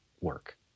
work